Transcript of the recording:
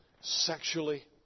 sexually